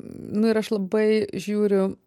nu ir aš labai žiūriu